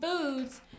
foods